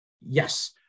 Yes